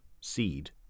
seed